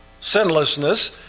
sinlessness